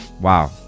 wow